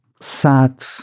sad